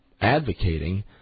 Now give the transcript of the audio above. advocating